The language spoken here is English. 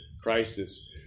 crisis